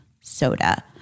soda